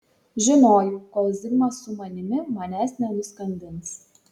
žinojau kol zigmas su manimi manęs nenuskandins